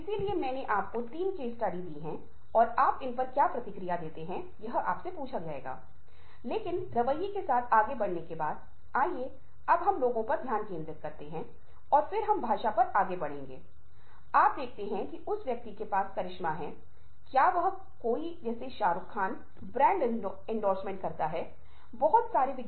इस चर्चा के साथ बहुत जल्द चर्चा मंच में आप पाएंगे कि हम आपको कुछ दिलचस्प वीडियो में ले जाएंगे हम आपको कुछ दिलचस्प गतिविधियों के बारे में बताएंगे जो आपको सुनने के लिए लिंक करती हैं और जो सुनने के बारे में आपकी प्रतिक्रिया लेती हैं और यह विभिन्न संदर्भों में अभी मैं आपके साथ जो कुछ साझा कर रहा हूं वह पूरक होगा